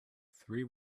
three